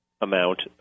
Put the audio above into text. amount